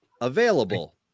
available